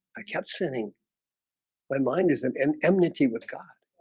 i kept sinning my mind is an indemnity with god.